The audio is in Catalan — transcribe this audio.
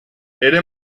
era